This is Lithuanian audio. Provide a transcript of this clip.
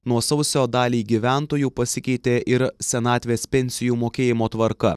nuo sausio daliai gyventojų pasikeitė ir senatvės pensijų mokėjimo tvarka